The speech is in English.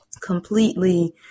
Completely